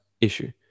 issue